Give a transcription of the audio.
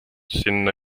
sinna